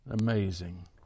Amazing